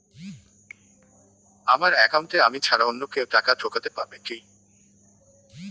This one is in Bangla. আমার একাউন্টে আমি ছাড়া অন্য কেউ টাকা ঢোকাতে পারবে কি?